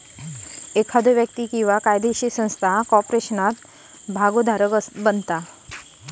एखादो व्यक्ती किंवा कायदोशीर संस्था कॉर्पोरेशनात भागोधारक बनता